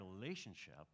relationship